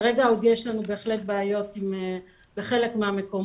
כרגע עדיין יש לנו בעיות בחלק מהמקומות.